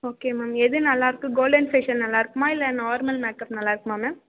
okay ma'am எது நல்லாருக்கு golden facial நல்லாருக்குமா இல்லை நார்மல் மேக்அப் நல்லாருக்குமா மேம்